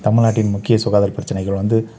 தமிழ்நாட்டின் முக்கிய சுகாதார பிரச்சனைகள் வந்து